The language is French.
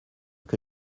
que